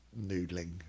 noodling